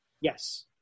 Yes